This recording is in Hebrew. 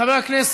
חברי,